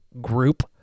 group